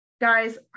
guys